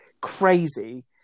crazy